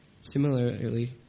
Similarly